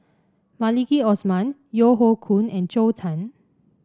Maliki Osman Yeo Hoe Koon and Zhou Can